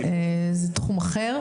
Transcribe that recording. זה תחום אחר.